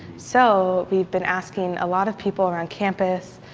so, we've been asking a lot of people around campus.